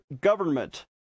government